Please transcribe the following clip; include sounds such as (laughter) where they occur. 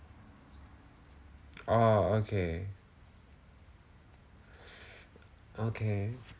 ah okay (breath) okay